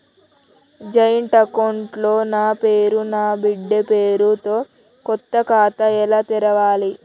Joint account లో నా పేరు నా బిడ్డే పేరు తో కొత్త ఖాతా ఎలా తెరవాలి?